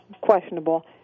questionable